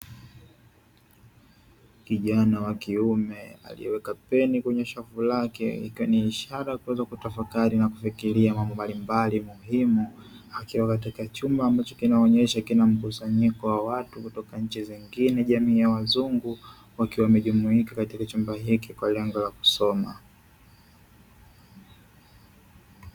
Kijana wa kiume aliyeweka peni kwenye shavu lake, ikiwa ni ishara ya kuweza kutafakari na kufikiria mambo mbalimbali muhimu, akiwa katika chumba ambacho kinaonyesha mkusanyiko wa watu kutoka nchi zingine kwenye jamii ya wazungu, wakiwa wamejumuika katika chumba hiki kwa lengo la kusoma.